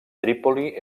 trípoli